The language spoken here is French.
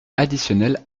additionnels